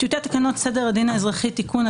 טיוטת תקנות סדר הדין האזרחי (תיקון),